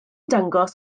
dangos